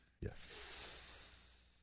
Yes